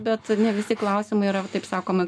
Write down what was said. bet ne visi klausimai yra va taip sakoma